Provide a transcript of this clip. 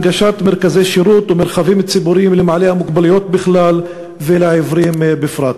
הנגשת מרכזי שירות ומרחבים ציבוריים לבעלי מוגבלות בכלל ולעיוורים בפרט.